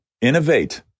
innovate